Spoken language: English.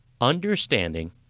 understanding